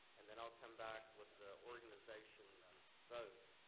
and then i'll come back with the organization's vote.